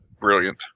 brilliant